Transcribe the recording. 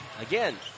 Again